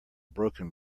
broken